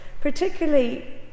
particularly